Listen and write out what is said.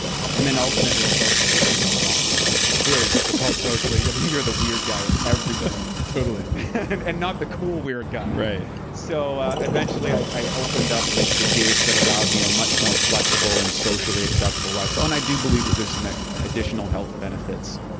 and then ultimately, socially, as you know, raw food diets are very difficult socially. i mean, you're the weird guy in every room totally and and not the cool weird guy right so eventually, i opened up the the gates that allowed me a much more flexible and socially acceptable lifestyle. and i do believe that there's some additional health benefits,